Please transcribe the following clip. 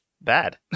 bad